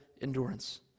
endurance